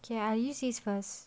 K I use this first